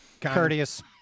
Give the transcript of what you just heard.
courteous